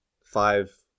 five